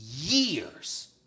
years